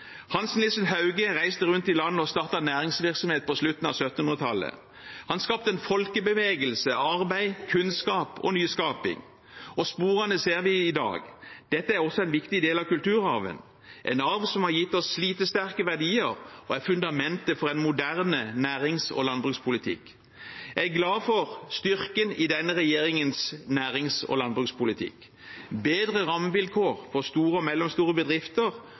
Hans Nielsen Hauge reiste rundt i landet og startet næringsvirksomhet på slutten av 1700-tallet. Han skapte en folkebevegelse av arbeid, kunnskap og nyskaping. Og sporene ser vi i dag. Dette er også en viktig del av kulturarven – en arv som har gitt oss slitesterke verdier og er fundamentet for en moderne nærings- og landbrukspolitikk. Jeg er glad for styrken i denne regjeringens nærings- og landbrukspolitikk: bedre rammevilkår for små og mellomstore bedrifter